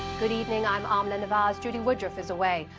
good evening. i'm amna nawaz. judy woodruff is away.